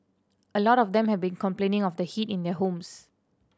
a lot of them have been complaining of the heat in their homes